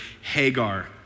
Hagar